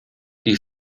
die